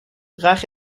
draag